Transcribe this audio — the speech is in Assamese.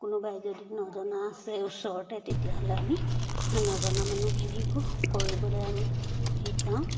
কোনোবাই যদি নজনা আছে ওচৰতে তেতিয়াহ'লে আমি সেই নজনা মানুহখিনিকো কৰিবলৈ আমি শিকাওঁ